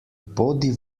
bodi